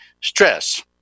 stress